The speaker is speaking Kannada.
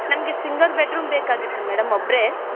ನಮಗೆ ಸಿಂಗಲ್ ಬೆಡ್ರೂಮ್ ಬೇಕಾಗಿತ್ತು ಮೇಡಮ್ ಒಬ್ಬರೇ